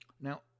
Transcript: Now